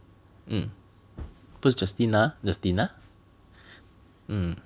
mm 不是 Justina Justina